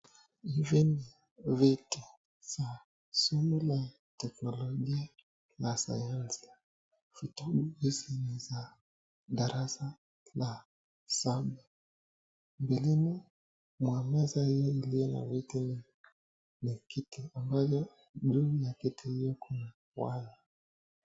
Hivi ni vitu za shule ya teknolojia na sayansi , vitu hizi ni za darasa la saba mbeleni ya meza hii ni kiti ambayo juu ya kiti hiyo ni waya.